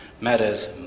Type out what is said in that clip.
matters